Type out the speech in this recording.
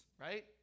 right